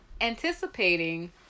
anticipating